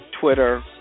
Twitter